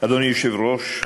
אדוני היושב-ראש,